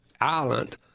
Island